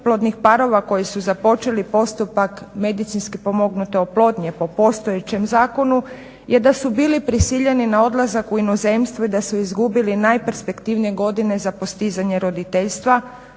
neplodnih parova koji su započeli postupak medicinski pomognute oplodnje po postojećem zakonu je da su bili prisiljeni na odlazak u inozemstvo i da su izgubili najperspektivnije godine za postizanje roditeljstva,